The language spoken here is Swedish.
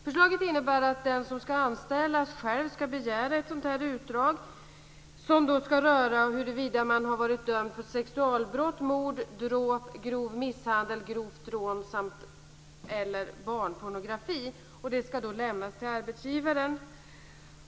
Förslaget innebär att den som ska anställas själv ska begära ett sådant utdrag, som då ska röra huruvida man har varit dömd för sexualbrott, mord, dråp, grov misshandel, grovt rån eller barnpornografi. Det ska lämnas till arbetsgivaren.